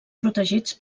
protegits